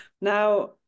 Now